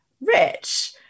rich